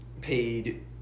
paid